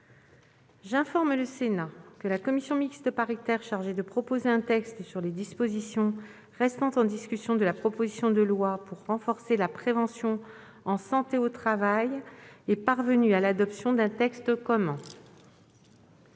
J'informe le Sénat que la commission mixte paritaire chargée de proposer un texte sur les dispositions restant en discussion de la proposition de loi pour renforcer la prévention en santé au travail est parvenue à l'adoption d'un texte commun.